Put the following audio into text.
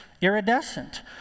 iridescent